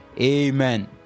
Amen